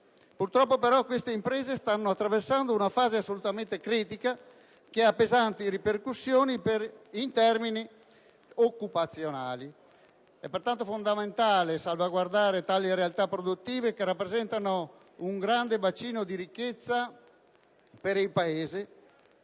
Purtroppo, però, queste imprese stanno attraversando una fase assolutamente critica, che ha pesanti ripercussioni in termini occupazionali. È pertanto fondamentale salvaguardare tali realtà produttive, che rappresentano un grande bacino di ricchezza per il Paese,